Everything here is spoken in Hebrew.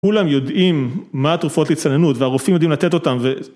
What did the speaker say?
כולם יודעים מה התרופאות להצטננות והרופאים יודעים לתת אותן.